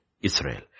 Israel